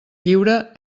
lliure